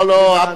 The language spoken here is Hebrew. לא, לא.